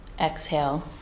exhale